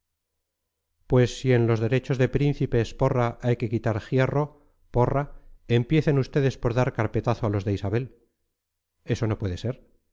pues si en los derechos de príncipes porra hay que quitar jierro porra empiecen ustedes por dar carpetazo a los de isabel eso no puede ser